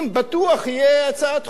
בטוח תהיה הצעת חוק.